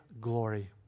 glory